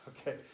okay